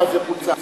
אבל זה פוצל.